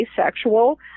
asexual